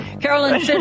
Carolyn